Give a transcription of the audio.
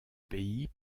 pays